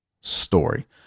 story